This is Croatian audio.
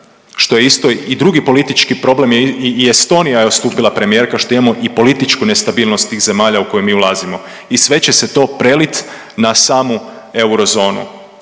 što je isto i drugi politički problem, i Estonija je odstupila premijerka, što imamo i političku nestabilnost tih zemalja u koje mi ulazimo i sve će se to preliti na samu eurozonu